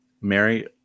Mary